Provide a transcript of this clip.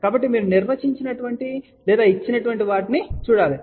కాబట్టి మీరు నిర్వచించిన లేదా ఇచ్చిన వాటిని చూడాలి